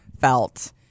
felt